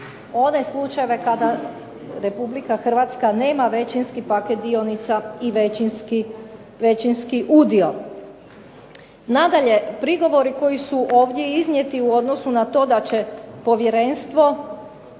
one slučajeve kada RH nema većinski paket dionica i većinski udio. Nadalje, prigovori koji su ovdje iznijeti u odnosu na to da će povjerenstvo